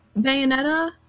Bayonetta